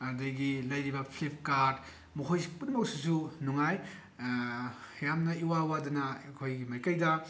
ꯑꯗꯒꯤ ꯂꯩꯔꯤꯕ ꯐ꯭ꯂꯤꯞꯀꯥꯔꯗ ꯃꯈꯣꯏ ꯄꯨꯝꯅꯃꯛꯁꯤꯁꯨ ꯅꯨꯡꯉꯥꯏ ꯌꯥꯝꯅ ꯏꯋꯥ ꯋꯥꯗꯅ ꯑꯩꯈꯣꯏꯒꯤ ꯃꯥꯏꯀꯩꯗ